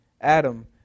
Adam